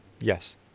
yes